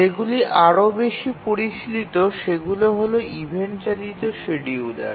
যেগুলি আরও বেশি পরিশীলিত সেগুলি হল ইভেন্ট চালিত শিডিয়ুলার